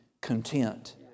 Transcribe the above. content